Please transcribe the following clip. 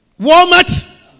Walmart